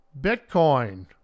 Bitcoin